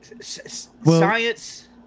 Science